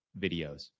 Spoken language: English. videos